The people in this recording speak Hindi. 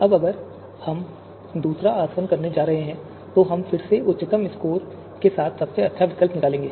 अब अगर हम दूसरा आसवन करने जा रहे हैं तो हम फिर से उच्चतम योग्यता स्कोर के साथ सबसे अच्छा विकल्प निकालेंगे